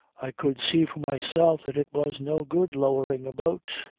i could see for myself that it was no good lowering a boat.